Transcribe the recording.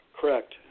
Correct